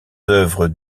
œuvres